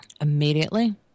immediately